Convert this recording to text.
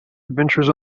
adventures